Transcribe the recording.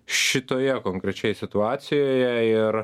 šitoje konkrečioj situacijoje ir